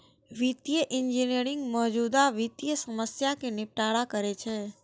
वित्तीय इंजीनियरिंग मौजूदा वित्तीय समस्या कें निपटारा करै छै